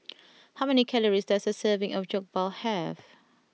how many calories does a serving of Jokbal have